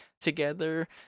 together